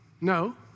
No